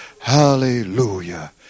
Hallelujah